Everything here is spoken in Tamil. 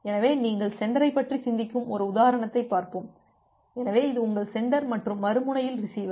எனவே நீங்கள் சென்டரைப் பற்றி சிந்திக்கும் ஒரு உதாரணத்தைப் பார்ப்போம் எனவே இது உங்கள் சென்டர் மற்றும் மறுமுனையில் ரிசீவர்